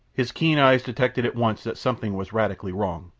his keen eyes detected at once that something was radically wrong,